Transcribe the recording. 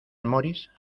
moritz